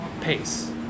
pace